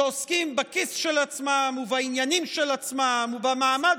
שעוסקים בכיס של עצמם ובעניינים של עצמם ובמעמד